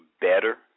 better